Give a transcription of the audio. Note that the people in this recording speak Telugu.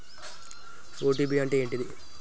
ఓ.టీ.పి అంటే ఏంటిది?